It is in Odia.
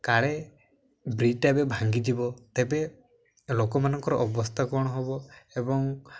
କାଳେ ବ୍ରିଜଟା ଏବେ ଭାଙ୍ଗିଯିବ ତେବେ ଲୋକମାନଙ୍କର ଅବସ୍ଥା କ'ଣ ହବ ଏବଂ